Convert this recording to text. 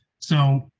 so.